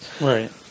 Right